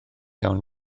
iawn